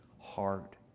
heart